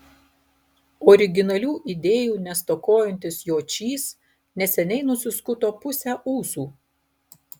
originalių idėjų nestokojantis jočys neseniai nusiskuto pusę ūsų